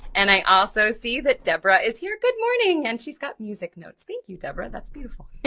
and i also see that deborah is here, good morning, and she's got music notes, thank you deborah, that's beautiful.